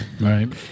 right